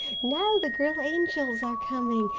now the girl-angels are coming,